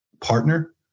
partner